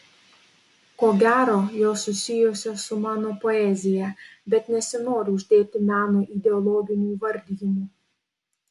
ko gero jos susijusios su mano poezija bet nesinori uždėti menui ideologinių įvardijimų